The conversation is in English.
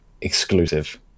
exclusive